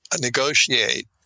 negotiate